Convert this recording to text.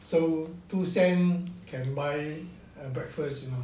so two cent can buy a breakfast you know